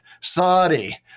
Saudi